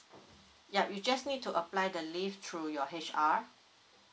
ya you just need to apply the leave through your H_R